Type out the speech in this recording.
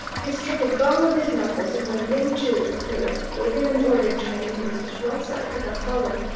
he struck a gong with his knuckles, and when ling chu appeared, gave him an order in chinese, which whiteside could not follow.